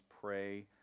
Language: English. pray